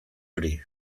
hori